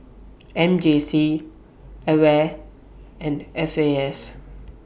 M J C AWARE and F A S